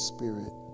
Spirit